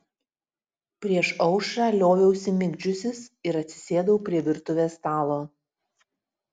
prieš aušrą lioviausi migdžiusis ir atsisėdau prie virtuvės stalo